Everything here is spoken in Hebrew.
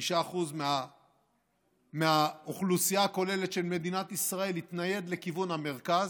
5% מהאוכלוסייה הכוללת של מדינת ישראל, התניידו לכיוון המרכז,